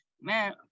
man